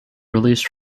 released